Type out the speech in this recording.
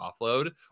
offload